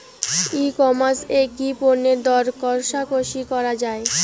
ই commerce এ কি পণ্যের দর কশাকশি করা য়ায়?